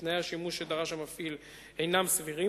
תנאי השימוש שדרש המפעיל אינם סבירים,